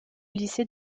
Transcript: lycée